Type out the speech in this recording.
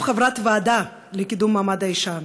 שום חברת ועדה לקידום מעמד האישה,